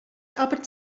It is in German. aber